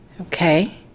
okay